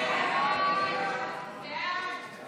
הסתייגות 3